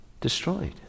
destroyed